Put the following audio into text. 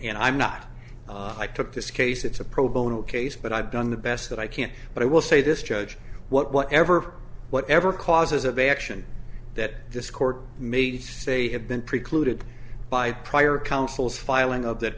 and i'm not i took this case it's a pro bono case but i've done the best that i can't but i will say this judge what whatever whatever causes of action that this court may to say had been precluded by prior counsel's filing of that